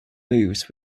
moves